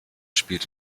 spielt